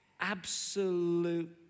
absolute